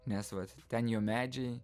nes va ten jo medžiai